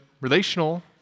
relational